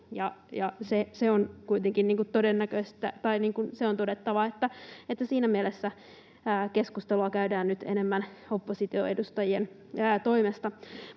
todettava, että siinä mielessä keskustelua käydään nyt enemmän oppositioedustajien toimesta.